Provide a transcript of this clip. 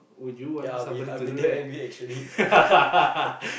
ya I'll be I'll be damn angry actually